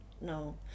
No